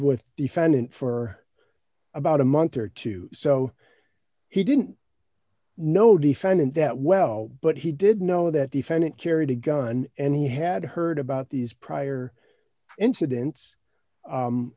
with defendant for about a month or two so he didn't know defendant that well but he did know that defendant carried a gun and he had heard about these prior inciden